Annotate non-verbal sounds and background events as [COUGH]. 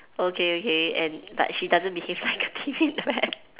okay okay and but she doesn't behave like a [LAUGHS] timid rat